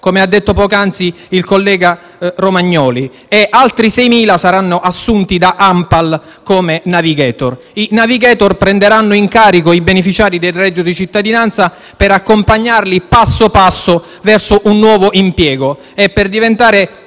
come ha detto poc'anzi il collega Romagnoli); altri 6.000 saranno assunti da ANPAL come *navigator*, che prenderanno in carico i beneficiari del reddito di cittadinanza per accompagnarli passo passo verso un nuovo impiego. Per diventare